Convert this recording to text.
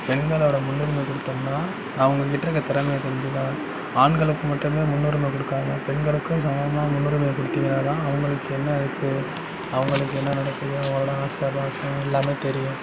பெண்களோடய முன்னுரிமை கொடுத்தம்ன்னா அவங்ககிட்ட இருக்கிற திறமையை தெரிஞ்சுக்கலாம் ஆண்களுக்கு மட்டுமே முன்னுரிமை கொடுக்கறாங்க பெண்களுக்கும் சமமாக முன்னுரிமை கொடுத்தீங்கனா தான் அவங்களுக்கு என்ன தேவை அவங்களுக்கு என்ன நடக்குது அவங்களோடய ஆசாபாசம் எல்லாமே தெரியும்